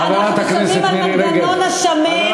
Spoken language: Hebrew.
ואנחנו משלמים על המנגנון השמן,